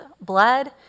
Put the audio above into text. blood